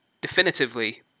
definitively